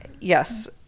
yes